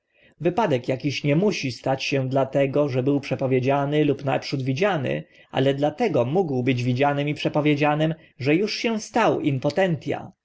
wypadek akiś nie musi stać się dlatego że był przepowiedziany lub naprzód widziany ale dlatego mógł być widzianym